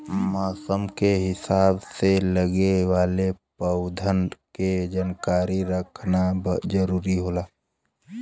मौसम के हिसाब से लगे वाले पउधन के जानकारी रखना जरुरी होला